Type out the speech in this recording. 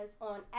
on